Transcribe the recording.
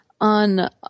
on